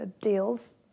deals